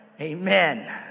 Amen